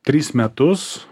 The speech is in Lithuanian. tris metus